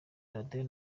radiyo